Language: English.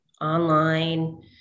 online